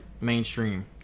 mainstream